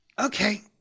Okay